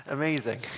amazing